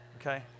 Okay